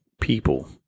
people